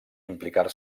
implicar